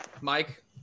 Mike